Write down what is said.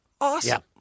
Awesome